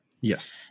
Yes